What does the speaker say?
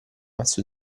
mazzo